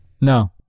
No